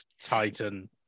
Titan